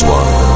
one